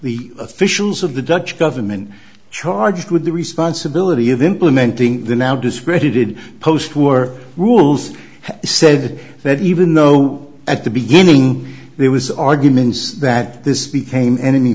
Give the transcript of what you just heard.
the officials of the dutch government charged with the responsibility of implementing the now discredited post war rules said that even though at the beginning there was arguments that this became